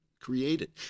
created